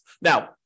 Now